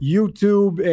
YouTube